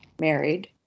married